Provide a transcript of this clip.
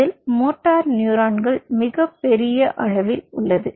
இதில் மோட்டார் நியூரோன்கள் மிகப்பெரும் அளவில் உள்ளது